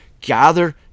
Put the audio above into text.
gather